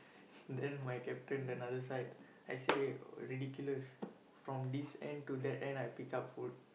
then my captain another side I say ridiculous from this end to that end I pick up food